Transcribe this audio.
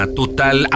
total